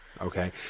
Okay